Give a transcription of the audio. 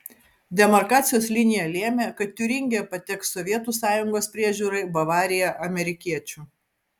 demarkacijos linija lėmė kad tiuringija pateks sovietų sąjungos priežiūrai bavarija amerikiečių